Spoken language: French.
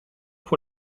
pour